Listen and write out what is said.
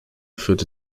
führte